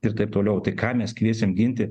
ir taip toliau tai ką mes kviesim ginti